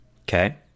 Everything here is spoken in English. Okay